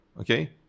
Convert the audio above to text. Okay